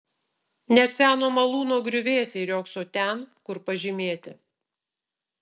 net seno malūno griuvėsiai riogso ten kur pažymėti